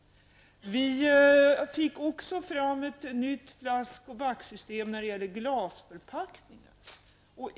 Vi fick också fram ett nytt flask och backsystem när det gäller glasförpackningar.